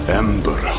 ember